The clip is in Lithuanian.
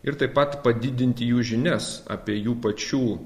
ir taip pat padidinti jų žinias apie jų pačių